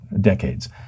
decades